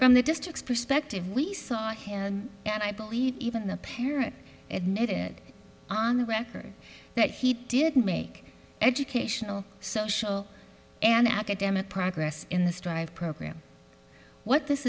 from the district's perspective we saw him and i believe even the parent admit it on the record that he didn't make educational social and academic progress in the strive program what this